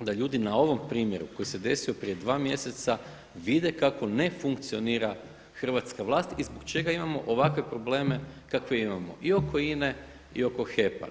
da ljudi na ovom primjeru koji se desio prije 2 mjeseca vide kako ne funkcionira hrvatska vlast i zbog čega imamo ovakve probleme kakve imamo i oko INA-e i oko HEP-a.